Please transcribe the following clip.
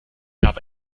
habe